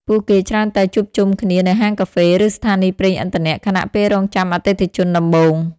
ពួកគេច្រើនតែជួបជុំគ្នានៅហាងកាហ្វេ ឬស្ថានីយ៍ប្រេងឥន្ធនៈ ខណៈពេលរង់ចាំអតិថិជនដំបូង។